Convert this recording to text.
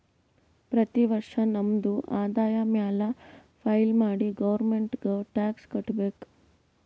ಪ್ರತಿ ವರ್ಷ ನಮ್ದು ಆದಾಯ ಮ್ಯಾಲ ಫೈಲ್ ಮಾಡಿ ಗೌರ್ಮೆಂಟ್ಗ್ ಟ್ಯಾಕ್ಸ್ ಕಟ್ಬೇಕ್